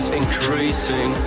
increasing